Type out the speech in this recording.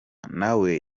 nawe